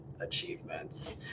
achievements